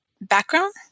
background